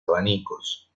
abanicos